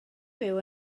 byw